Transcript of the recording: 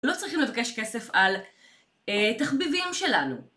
לא צריכים לבקש כסף על אה.. תחביבים שלנו.